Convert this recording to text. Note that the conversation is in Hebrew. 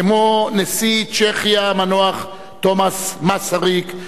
כמו נשיא צ'כיה המנוח תומס מסריק,